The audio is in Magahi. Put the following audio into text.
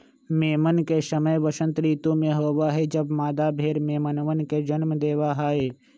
मेमन के समय वसंत ऋतु में होबा हई जब मादा भेड़ मेमनवन के जन्म देवा हई